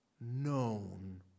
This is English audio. known